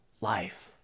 life